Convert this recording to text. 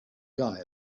guy